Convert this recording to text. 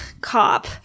cop